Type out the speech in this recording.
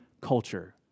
culture